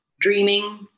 dreaming